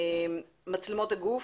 מצלמות הגוף.